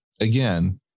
again